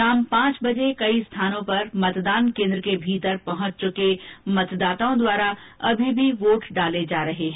शाम पांच बजे कई जगहों पर मतदान केन्द्र के भीतर पहुंच चुके मतदाताओं द्वारा अभी भी वोट डाले जा रहे हैं